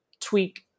tweak